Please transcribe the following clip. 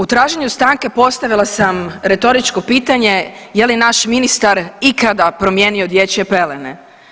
U traženju stanke postavila sam retoričko pitanje je li naš ministar ikada promijenio dječje pelene?